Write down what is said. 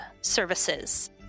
services